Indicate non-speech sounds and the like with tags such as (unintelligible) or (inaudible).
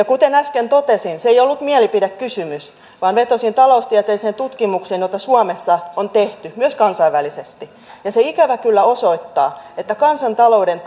(unintelligible) kuten äsken totesin se ei ollut mielipidekysymys vaan vetosin taloustieteelliseen tutkimukseen jota suomessa on tehty ja myös kansainvälisesti ja se ikävä kyllä osoittaa että kansantalouden (unintelligible)